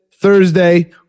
Thursday